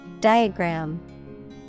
Diagram